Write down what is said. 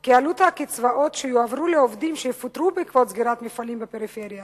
כי עלות הקצבאות שיועברו לעובדים שיפוטרו בעקבות סגירת מפעלים בפריפריה